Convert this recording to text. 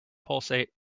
pulsate